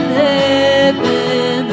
heaven